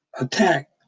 attack